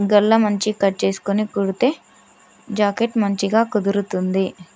గళ్లా మంచిగ కట్ చేసుకొని కుడితే జాకెట్ మంచిగా కుదురుతుంది